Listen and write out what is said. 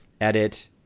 edit